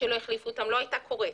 שלא החליפו אותם לא הייתה קורית.